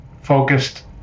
focused